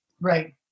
Right